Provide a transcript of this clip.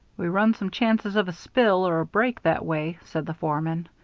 we run some chances of a spill or a break that way, said the foreman.